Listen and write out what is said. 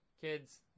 kids